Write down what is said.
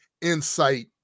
insight